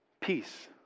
Peace